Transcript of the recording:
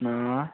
अँ